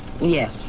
Yes